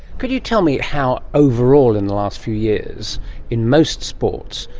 could you tell me how overall in the last few years in most sports,